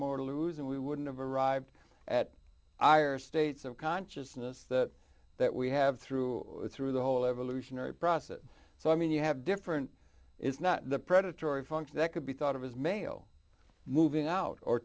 ooze and we wouldn't have arrived at i are states of consciousness that that we have through through the whole evolutionary process so i mean you have different is not the predatory function that could be thought of as male moving out or